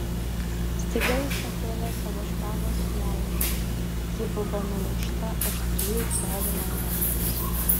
staiga jis pakėlė savo špagos nuolaužą ji buvo nulaužta už trijų colių nuo rankenos